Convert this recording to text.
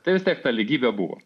tai vis tiek ta lygybė buvo